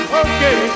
okay